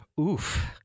Oof